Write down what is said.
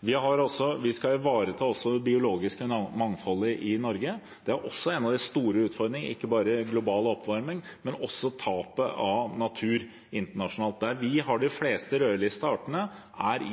Vi skal også ivareta det biologiske mangfoldet i Norge. En av de store utfordringene er tapet av natur internasjonalt – ikke bare global oppvarming. Vi har de fleste rødlistede artene